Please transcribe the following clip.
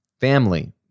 Family